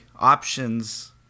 options